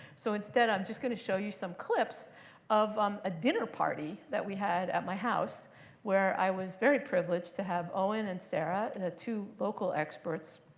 so instead, i'm just going to show you some clips of um a dinner party that we had at my house where i was very privileged to have owen and sara, the two local experts,